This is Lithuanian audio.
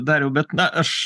dariau bet na aš